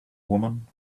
woman